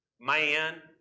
Man